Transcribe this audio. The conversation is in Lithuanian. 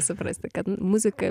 suprasti kad muzika